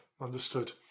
Understood